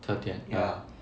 特点 ya